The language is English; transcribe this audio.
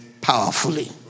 powerfully